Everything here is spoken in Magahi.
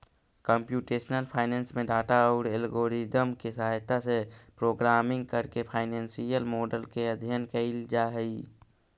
कंप्यूटेशनल फाइनेंस में डाटा औउर एल्गोरिदम के सहायता से प्रोग्रामिंग करके फाइनेंसियल मॉडल के अध्ययन कईल जा हई